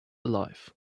alive